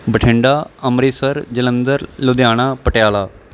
Bathinda Amritsar Jalandhar Ludhiana Patiala